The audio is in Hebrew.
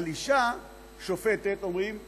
על אישה שופטת אומרים קאדייה.